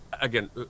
again